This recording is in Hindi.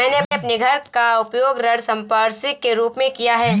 मैंने अपने घर का उपयोग ऋण संपार्श्विक के रूप में किया है